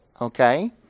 okay